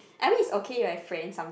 I mean it's okay if I friend some